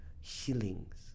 healings